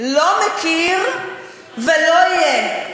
"לא מכיר ולא יהיה".